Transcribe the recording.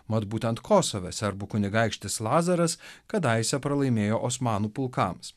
mat būtent kosove serbų kunigaikštis lazaras kadaise pralaimėjo osmanų pulkams